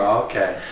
okay